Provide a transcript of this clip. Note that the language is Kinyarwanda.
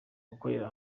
gukorera